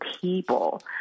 people